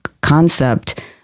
concept